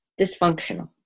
dysfunctional